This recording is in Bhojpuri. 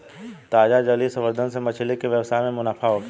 ताजा जलीय संवर्धन से मछली के व्यवसाय में मुनाफा होखेला